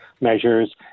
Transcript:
measures